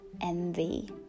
envy